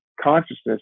consciousness